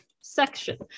section